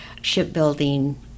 shipbuilding